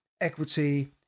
equity